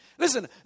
Listen